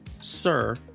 SIR